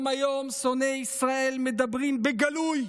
גם היום שונאי ישראל מדברים בגלוי